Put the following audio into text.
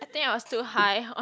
I think I was too high